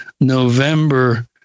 November